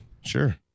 Sure